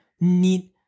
need